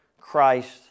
Christ